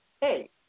hey